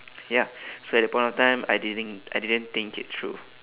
ya so at the point of time I didn't I didn't think it through